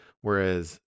whereas